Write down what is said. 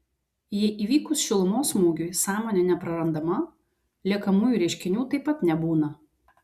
jei įvykus šilumos smūgiui sąmonė neprarandama liekamųjų reiškinių taip pat nebūna